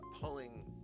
pulling